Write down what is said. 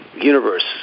universe